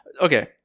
okay